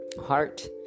heart